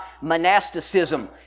monasticism